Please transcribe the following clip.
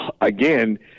again